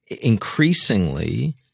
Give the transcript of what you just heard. Increasingly